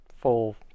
Full